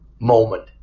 moment